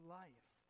life